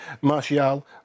Martial